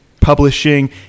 publishing